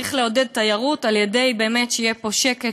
וצריך לעודד תיירות על-ידי זה שיהיה שקט,